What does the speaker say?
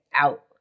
out